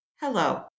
Hello